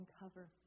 uncover